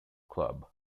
club